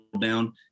down